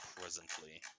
presently